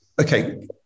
okay